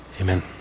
Amen